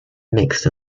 mixed